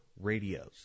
radios